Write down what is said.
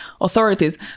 authorities